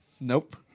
Nope